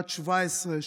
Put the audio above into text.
בת 17,